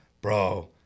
Bro